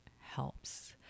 helps